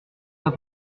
pas